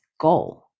goal